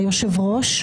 היושב-ראש,